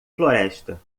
floresta